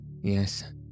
Yes